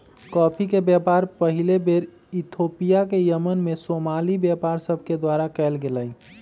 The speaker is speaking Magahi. कॉफी के व्यापार पहिल बेर इथोपिया से यमन में सोमाली व्यापारि सभके द्वारा कयल गेलइ